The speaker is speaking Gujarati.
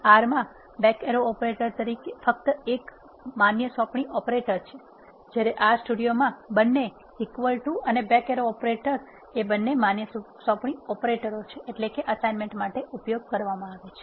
R માં બેક એરો ઓપરેટર ફક્ત એક માન્ય સોંપણી ઓપરેટર છે જ્યારે R સ્ટુડિયો માં બંને અને બેક એરો ઓપરેટર એ માન્ય સોંપણી ઓપરેટરો છે